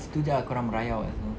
situ jer korang merayau kat sana